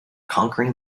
conquering